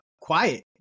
quiet